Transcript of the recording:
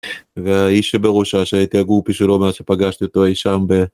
והאיש שבראשה שהייתי הגרופי שלו מאז שפגשתי אותו אי שם ב...